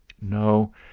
No